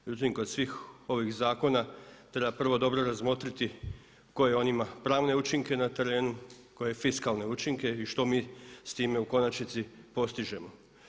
Međutim kod svih ovih zakona treba prvo dobro razmotriti koje on ima pravne učinke na terenu, koje fiskalne učinke i što mi s time u konačnici postižemo.